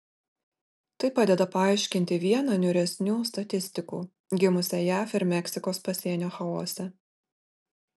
tai padeda paaiškinti vieną niūresnių statistikų gimusią jav ir meksikos pasienio chaose